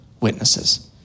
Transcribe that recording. witnesses